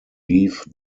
leave